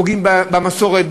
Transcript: פוגעים במסורת,